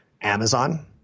Amazon